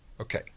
Okay